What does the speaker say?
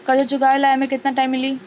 कर्जा चुकावे ला एमे केतना टाइम मिली?